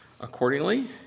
accordingly